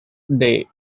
day